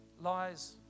lies